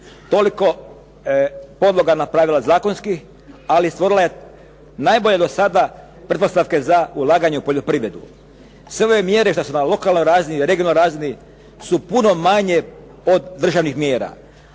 toliko podloga napravila zakonskih, ali stvorila je najbolje do sada pretpostavke za ulaganje u poljoprivredu. Sve ove mjere što su na lokalnoj razini, regionalnoj razini su puno manje od državnih mjera.